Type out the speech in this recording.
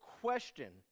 question